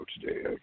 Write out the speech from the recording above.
today